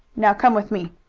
now come with me.